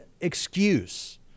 excuse